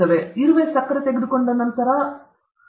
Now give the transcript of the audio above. ಆದ್ದರಿಂದ ಇರುವೆ ಸಕ್ಕರೆ ತೆಗೆದುಕೊಂಡ ನಂತರ ಅದು ಹೊರಬಿಡುತ್ತದೆ